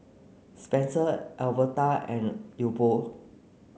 Spencer Alverta and Leopold